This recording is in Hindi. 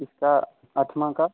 इसका आठवाँ का